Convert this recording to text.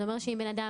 זה אומר שאם בן אדם,